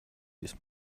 this